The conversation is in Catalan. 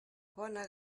bona